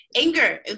anger